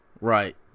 Right